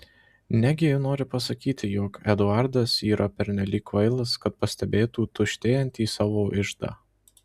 negi ji nori pasakyti jog eduardas yra pernelyg kvailas kad pastebėtų tuštėjantį savo iždą